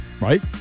Right